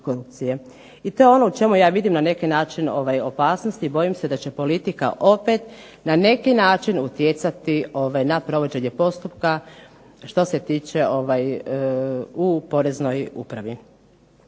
I to je ono u čemu ja vidim na neki način opasnost i bojim se da će politika opet na neki način utjecati na provođenje postupka što se tiče u poreznoj upravi.